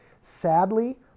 Sadly